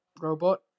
robot